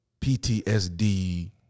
PTSD